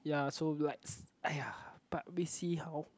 ya so likes !aiya! but we see how